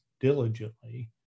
diligently